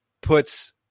puts